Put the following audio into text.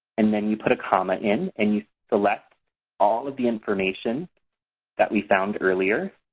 and then you put a comma in and you select all the information that we found earlier